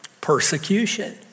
Persecution